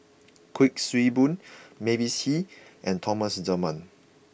Kuik Swee Boon Mavis Hee and Thomas Dunman